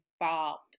involved